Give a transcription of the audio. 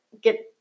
get